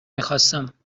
میخواستم